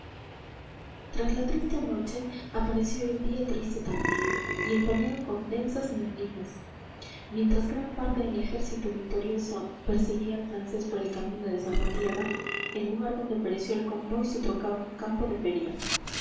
tras la triste noche apareció el día triste también y empañado con densas neblinas mientras gran parte del ejército victorioso perseguía al francés por el camino de salvatierra el lugar donde pereció el convoy se trocaba en un campo de feria